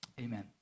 Amen